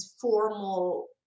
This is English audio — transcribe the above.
formal